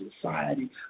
society